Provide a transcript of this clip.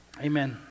Amen